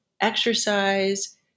exercise